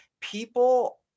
people